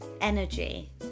Energy